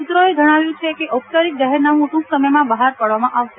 સુત્રોએ જણાવ્યું કે ઔપયારિક જાહેરનામું ટૂંક સમયમાં બહાર પાડવામાં આવશે